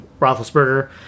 Roethlisberger